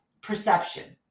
perception